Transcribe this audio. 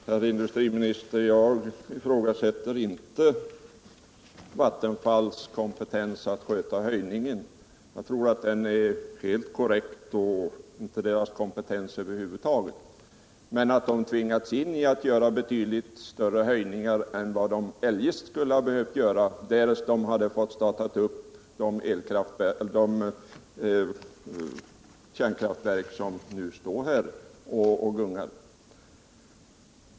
Herr talman! Jag ifrågasätter inte Vattenfalls kompetens att sköta höjningar och inte dess kompetens över huvud taget, herr industriminister. Jag tror att höjningen är helt korrekt. Men det är helt klart, enligt min mening, att man tvingats göra betydligt större höjningar än man skulle ha behövt göra om man hade fått starta fler kärnkraftverk, som nu är i gungning.